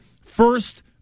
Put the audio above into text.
first